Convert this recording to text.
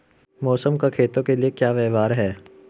मौसम का खेतों के लिये क्या व्यवहार है?